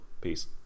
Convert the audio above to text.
Peace